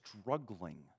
struggling